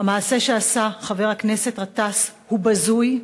המעשה שעשה חבר הכנסת גטאס הוא בזוי.